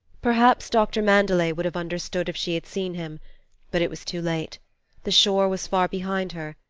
perhaps doctor mandelet would have understood if she had seen him but it was too late the shore was far behind her,